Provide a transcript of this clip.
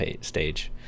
stage